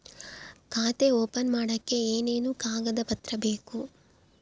ಖಾತೆ ಓಪನ್ ಮಾಡಕ್ಕೆ ಏನೇನು ಕಾಗದ ಪತ್ರ ಬೇಕು?